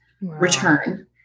return